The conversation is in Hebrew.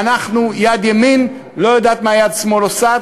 ויד ימין לא יודעת מה יד שמאל עושה.